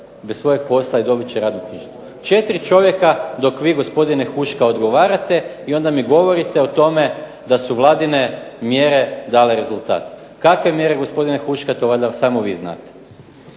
bez svojeg posla i dobit će radnu knjižicu. Četiri čovjeka dok vi gospodine Huška odgovarate, i onda mi govorite o tome da su Vladine mjere dale rezultat. Kakve mjere gospodine Huška, to valjda samo vi znate.